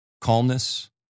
calmness